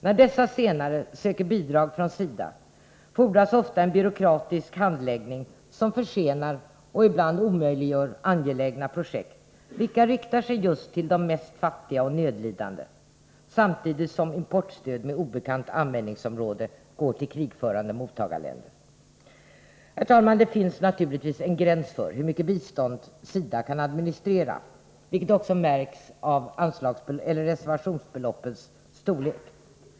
När dessa senare söker bidrag från SIDA fordras ofta en byråkratisk handläggning som försenar och ibland omöjliggör angelägna projekt, vilka riktar sig till just de mest fattiga och nödlidande, samtidigt som importstöd med obekant användningsområde går till krigförande mottagarländer. Herr talman! Det finns naturligtvis en gräns för hur mycket svenskt bistånd som SIDA kan administrera, vilket också märks av reservationsbeloppens storlek.